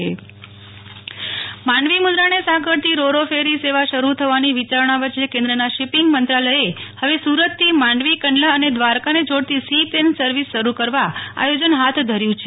Nehal Thakkar Mandvi Mundra seaplane project Mandvi મુંદરાને સાંકળતી ro ro ferry સેવા શરૂ થવાની વિચારણા વચ્ચે કેન્દ્રના શિપીંગ મંત્રાલયે હવે સુરતથી માંડવી કંડલા અને દ્વારકાને જોડતી સી પ્લેન સર્વિસ શરૂ કરવા આયોજન હાથ ધર્યું છે